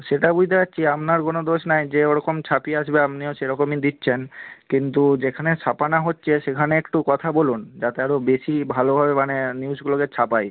সেটা বুঝতে পারছি আপনার কোনো দোষ নেই যেরকম ছাপিয়ে আসবে আপনিও সেরকমই দিচ্ছেন কিন্তু যেখানে ছাপানো হচ্ছে সেখানে একটু কথা বলুন যাতে আরও বেশি ভালোভাবে মানে নিউজগুলোকে ছাপায়